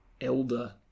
elder